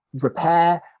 repair